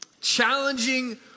Challenging